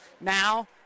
Now